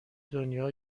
دنیا